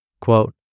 Quote